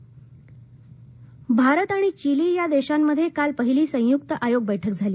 Bharat Chile चर्चा भारत आणि Chile या देशांमध्ये काल पहिली संयुक्त आयोग बैठक झाली